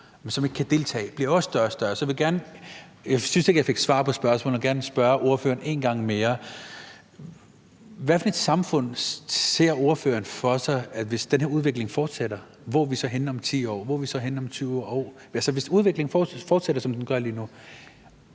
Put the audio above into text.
men som ikke kan deltage, bliver større og større. Jeg synes ikke, jeg fik svar på spørgsmålet, så jeg vil gerne spørge ordføreren en gang mere: Hvilket samfund ser ordføreren for sig, hvis den her udvikling fortsætter; hvor er vi så henne om 10 år, hvor er vi så henne om 20 år? Hvis udviklingen fortsætter, som den gør lige nu,